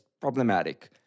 problematic